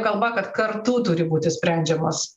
kalba kad kartu turi būti sprendžiamos